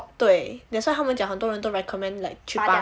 对 that's why 他们讲很多人都 recommend like 去拔